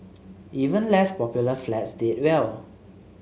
even less popular flats did well